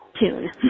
tune